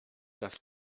das